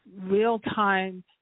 real-time